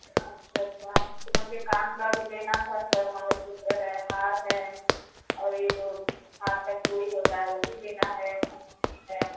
अच्छा अच्छा तो मुझे कान का भी लेना था सर मंगलसूत्र है हार है और यह जो हाथ की चूड़ी होती है वह भी लेनी है अंगूठी है